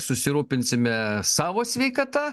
susirūpinsime savo sveikata